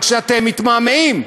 רק שאתם מתמהמהים,